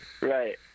Right